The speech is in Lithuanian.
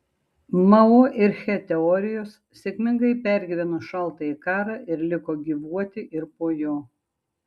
mao ir che teorijos sėkmingai pergyveno šaltąjį karą ir liko gyvuoti ir po jo